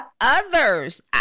others